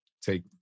take